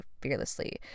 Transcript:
fearlessly